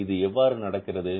இது எவ்வாறு நடக்கிறது